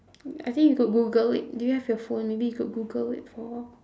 I think you could google it do you have your phone maybe you could google it for